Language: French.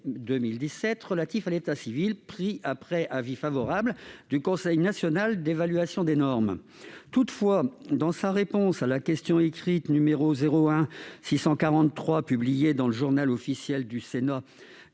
2017 relatif à l'état civil, pris après avis favorable du Conseil national d'évaluation des normes. Toutefois, dans sa réponse à la question écrite n° 01643 publiée dans le du Sénat